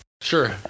Sure